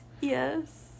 Yes